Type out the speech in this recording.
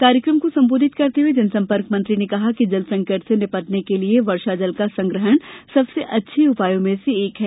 कार्यक्रम को संबोधित करते हुए जनसंपर्क मंत्री ने कहा कि जल संकट से निपटने के लिय वर्षा जल का संग्रहण सबसे अच्छे उपायों में से एक है